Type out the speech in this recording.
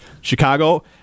Chicago